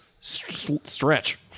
Stretch